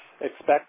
expect